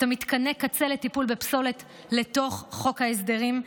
מתקני הקצה לטיפול בפסולת לחוק ההסדרים,